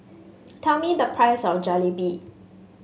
tell me the price of Jalebi